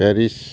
Paris